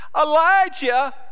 Elijah